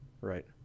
Right